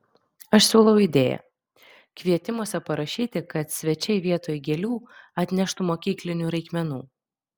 aš siūlau idėją kvietimuose parašyti kad svečiai vietoj gėlių atneštų mokyklinių reikmenų